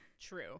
true